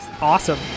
awesome